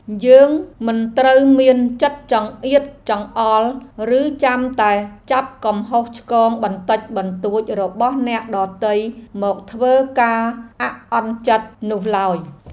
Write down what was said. យើងមិនត្រូវមានចិត្តចង្អៀតចង្អល់ឬចាំតែចាប់កំហុសឆ្គងបន្តិចបន្តួចរបស់អ្នកដទៃមកធ្វើជាការអាក់អន់ចិត្តនោះឡើយ។